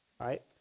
right